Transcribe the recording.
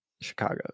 Chicago